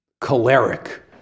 choleric